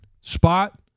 spot